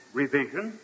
revision